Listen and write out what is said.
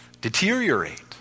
Deteriorate